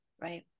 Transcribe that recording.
Right